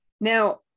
Now